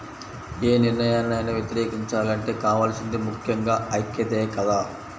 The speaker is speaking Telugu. యే నిర్ణయాన్నైనా వ్యతిరేకించాలంటే కావాల్సింది ముక్కెంగా ఐక్యతే కదా